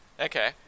Okay